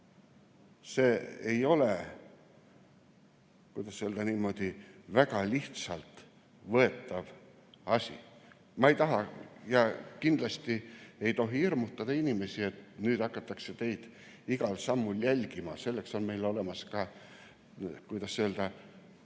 See ei ole, kuidas öelda, väga lihtsalt võetav asi. Ma ei taha ja kindlasti ei tohi hirmutada inimesi, et nüüd hakatakse teid igal sammul jälgima. Meil on ka nii, kuidas öelda,